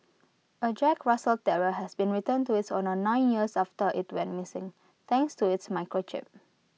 A Jack Russell terrier has been returned to its owners nine years after IT went missing thanks to its microchip